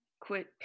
Quit